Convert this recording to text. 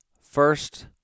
First